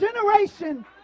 generation